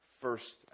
first